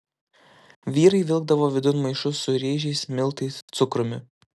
vyrai vilkdavo vidun maišus su ryžiais miltais cukrumi